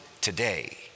today